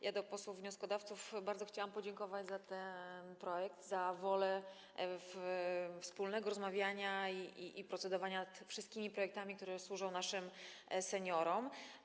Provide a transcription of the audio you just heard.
Ja do posłów wnioskodawców - bardzo chciałam podziękować za ten projekt, za wolę wspólnego rozmawiania i procedowania nad wszystkimi projektami, które służą naszym seniorom.